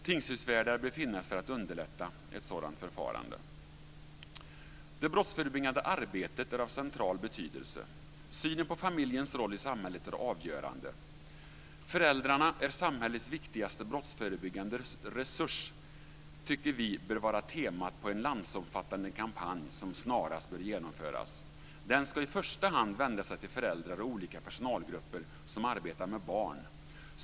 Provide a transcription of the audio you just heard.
Tingshusvärdar bör finnas för att underlätta ett sådant förfarande. Det brottsförebyggande arbetet är av central betydelse. Synen på familjens roll i samhället är avgörande. Vi tycker att temat för en landsomfattande kampanj bör vara att föräldrarna är samhällets viktigaste brottsförebyggande resurs. Den kampanjen bör snarast genomföras. Den ska i första hand vända sig till föräldrar och olika personalgrupper som arbetar med barn.